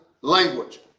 language